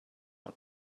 not